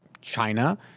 China